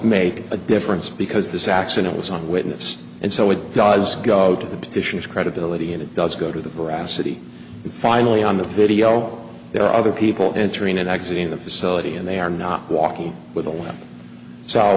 make a difference because this accident was a witness and so it does go to the petitioners credibility and it does go to the veracity and finally on the video there are other people entering and exiting the facility and they are not walking with a weapon so